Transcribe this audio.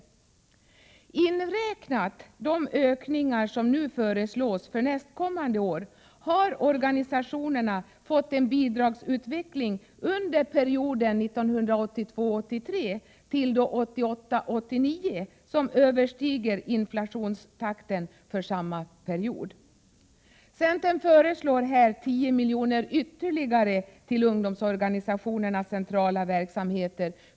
Om man räknar in de ökningar som nu föreslås för nästkommande år har organisationerna fått en bidragsutveckling under perioden 1982 89 som överstiger inflationstakten för samma period. Centern föreslår ytterligare 10 milj.kr. till ungdomsorganisationernas centrala verksamheter.